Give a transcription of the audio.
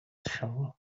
shovel